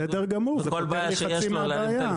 בסדר גמור, זה מוריד חצי מהבעיה.